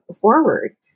forward